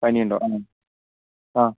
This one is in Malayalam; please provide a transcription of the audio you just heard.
പനി ഉണ്ടോ ആഹ് ആഹ്